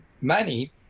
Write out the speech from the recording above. money